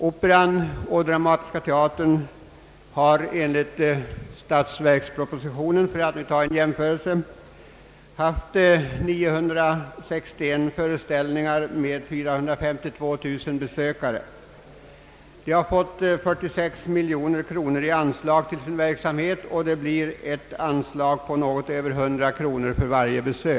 Operan och Dramatiska teatern har enligt statsverkspropositionen, för att göra en jämförelse, haft 961 föreställningar med 452 000 besökare. De har fått 46 miljoner i anslag till sin verksamhet, vilket gör något över 100 kronor för varje besökare.